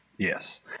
Yes